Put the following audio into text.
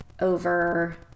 over